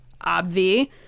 Obvi